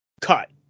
cut